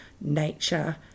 nature